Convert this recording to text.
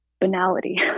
banality